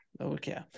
okay